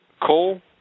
coal